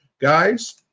guys